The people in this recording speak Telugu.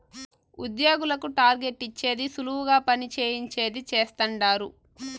ఉద్యోగులకు టార్గెట్ ఇచ్చేది సులువుగా పని చేయించేది చేస్తండారు